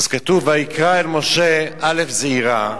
כתוב "ויקרא אל משה" אל"ף זעירה,